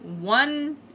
one